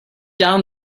down